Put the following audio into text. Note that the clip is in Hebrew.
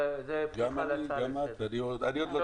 מיד, זה אנטאנס שחאדה ביקש.